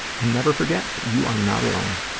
and never forget that you are not alone.